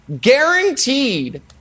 guaranteed—